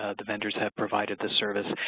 ah the vendors have provided the service.